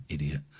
Idiot